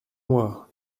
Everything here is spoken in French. moi